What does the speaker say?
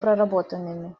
проработанными